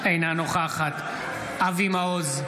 אינה נוכחת אבי מעוז,